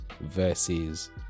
Versus